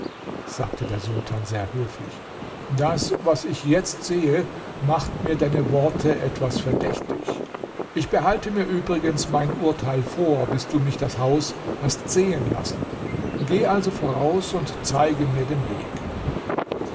sagte der sultan sehr höflich das was ich jetzt sehe macht mir deine worte etwas verdächtig ich behalte mir übrigens mein urteil vor bis du mich das haus hast sehen lassen geh also voraus und zeige mir den weg